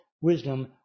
wisdom